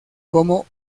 como